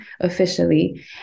officially